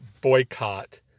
boycott